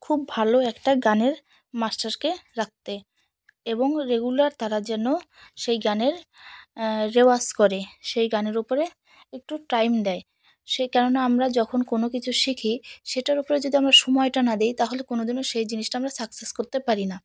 খুব ভালো একটা গানের মাস্টারকে রাখতে এবং রেগুলার তারা যেন সেই গানের রেওয়াজ করে সেই গানের উপরে একটু টাইম দেয় সেই কারণে আমরা যখন কোনো কিছু শিখি সেটার উপরে যদি আমরা সময়টা না দিই তাহলে কোনোদিনও সেই জিনিসটা আমরা সাকসেস করতে পারি না